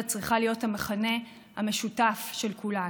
צריכה להיות המכנה המשותף של כולנו.